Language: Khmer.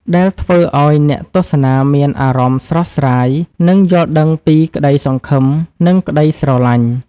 ដែលធ្វើឱ្យអ្នកទស្សនាមានអារម្មណ៍ស្រស់ស្រាយ និងយល់ដឹងពីក្តីសង្ឃឹម និងក្តីស្រឡាញ់។